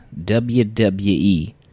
WWE